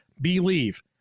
believe